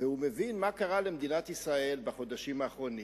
ומבין מה קרה למדינת ישראל בחודשים האחרונים,